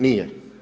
Nije.